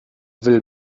will